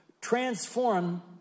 Transform